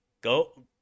Go